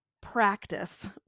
practice